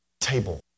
table